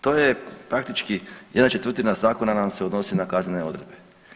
To je praktički jedna četvrtina zakona nam se odnosi na kaznene odredbe.